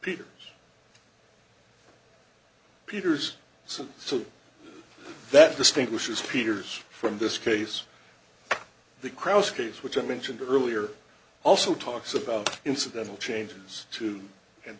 peter's peter's so so that distinguishes peter's from this case the cross case which i mentioned earlier also talks about incidental changes to and